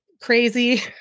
crazy